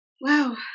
Wow